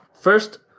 First